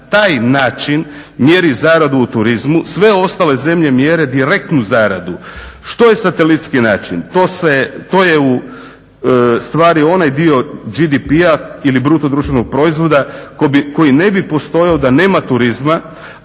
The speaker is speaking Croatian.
taj način mjeri zaradu u turizmu. Sve ostale zemlje mjere direktnu zaradu. Što je satelitski način? To je u stvari onaj dio BDP- ili bruto društvenog proizvoda koji ne bi postojao da nema turizma